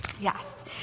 yes